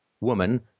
woman